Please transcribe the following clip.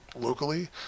locally